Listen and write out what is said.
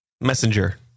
Messenger